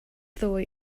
ddoe